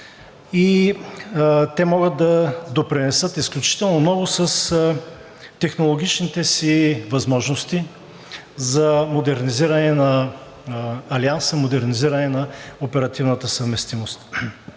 Те могат да допринесат изключително много с технологичните си възможности за модернизиране на Алианса, за модернизиране на оперативната съвместимост.